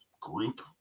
group